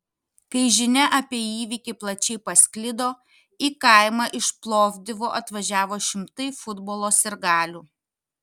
kai žinia apie įvykį plačiai pasklido į kaimą iš plovdivo atvažiavo šimtai futbolo sirgalių